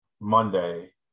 Monday